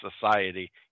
society